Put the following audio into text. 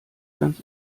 ganz